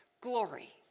glory